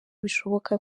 bishoboka